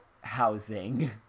housing